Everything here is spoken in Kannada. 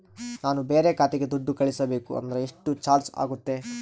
ನಾನು ಬೇರೆ ಖಾತೆಗೆ ದುಡ್ಡು ಕಳಿಸಬೇಕು ಅಂದ್ರ ಎಷ್ಟು ಚಾರ್ಜ್ ಆಗುತ್ತೆ?